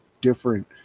different